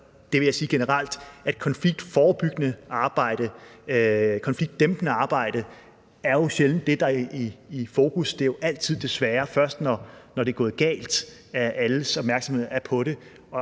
det vil jeg sige generelt, at konfliktforebyggende arbejde og konfliktdæmpende arbejde jo sjældent er det, der er i fokus. Det er jo desværre altid først, når det er gået galt, at alles opmærksomhed er på det.